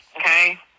okay